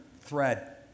thread